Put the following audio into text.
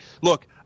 look